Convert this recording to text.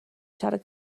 siarad